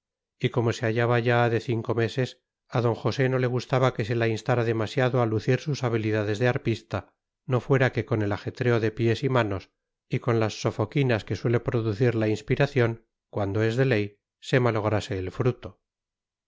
y como se hallaba ya de cinco meses a d josé no le gustaba que se la instara demasiado a lucir sus habilidades de arpista no fuera que con el ajetreo de pies y manos y con las sofoquinas que suele producir la inspiración cuando es de ley se malograse el fruto